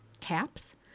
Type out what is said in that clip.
caps